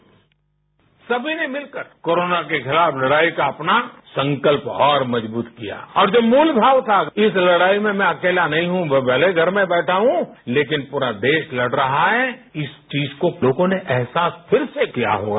bite समी ने मिलकर कोरोना के खिलाफ लड़ाई का अपनासंकल्प और मजबूत किया और जब मूल भाव था इस लड़ाई में मैं अकेला नहीं हूं मैं भलेही घर में बैठा हूं लेकिन पूरा देश लड़ रहा है इस चीज को लोगों ने अहसास फिर से कियाहोगा